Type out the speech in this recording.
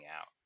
out